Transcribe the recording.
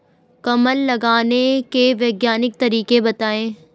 कमल लगाने के वैज्ञानिक तरीके बताएं?